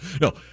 No